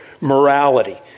morality